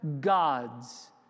God's